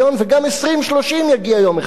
וגם 2030 יגיע יום אחד,